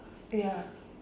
ya